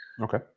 okay